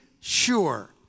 sure